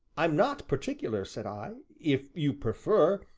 i'm not particular, said i, if you prefer,